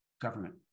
government